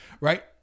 right